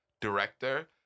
director